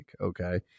okay